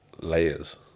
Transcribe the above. layers